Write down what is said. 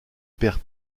perd